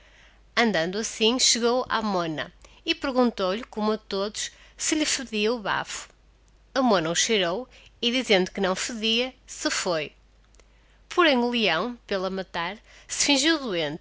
andando assim chegou á mona e perguntou-lhe como a todos se lhe fedia o bafo a mona o cheirou e dizendo que não fedia se foi porém o leão pela matar se